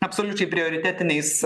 absoliučiai prioritetiniais